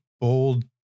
bold